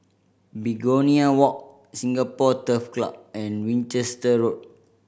Begonia Walk Singapore Turf Club and Winchester Road